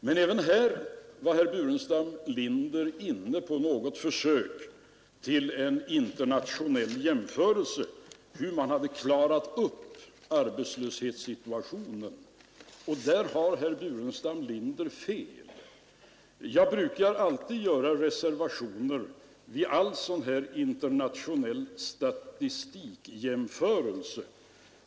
Men även här var herr Burenstam Linder inne på ett försök till en internationell jämförelse hur man hade klarat upp arbetslöshetssituationen. På den punkten har herr Burenstam Linder fel. Jag brukar alltid göra reservationer vid all sådan här statistikjämförelse.